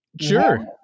Sure